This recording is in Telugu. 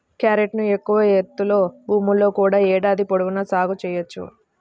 క్యారెట్ను ఎక్కువ ఎత్తులో భూముల్లో కూడా ఏడాది పొడవునా సాగు చేయవచ్చు